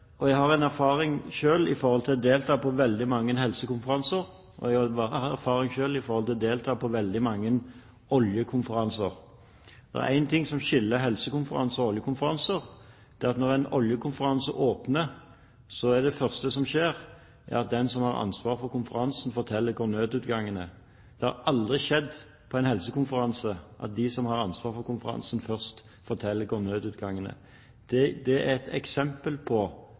Jeg har selv erfaring fra å ha deltatt på veldig mange helsekonferanser, og jeg har selv erfaring fra å ha deltatt på veldig mange oljekonferanser. Det er én ting som skiller helsekonferanser og oljekonferanser, og det er at når en oljekonferanse åpner, er det første som skjer, at den som har ansvaret for konferansen, forteller hvor nødutgangen er. Det har aldri skjedd på en helsekonferanse at de som har ansvaret for konferansen, først forteller hvor nødutgangen er. Det er et eksempel på